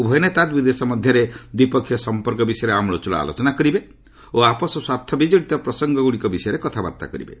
ଉଭୟ ନେତା ଦୁଇ ଦେଶ ମଧ୍ୟରେ ଦ୍ୱିପକ୍ଷିୟ ସମ୍ପର୍କ ବିଷୟରେ ଆମ୍ବଳଚ୍ଚଳ ଆଲୋଚନା କରିବେ ଓ ଆପୋଷ ସ୍ୱାର୍ଥ ବିକଡ଼ିତ ପ୍ରସଙ୍ଗଗୁଡ଼ିକ ବିଷୟରେ କଥାବାର୍ତ୍ତା କରିବେ